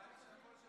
נראה לי שהקול של